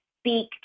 speak